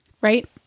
right